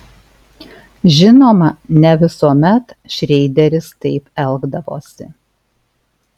žinoma ne visuomet šreideris taip elgdavosi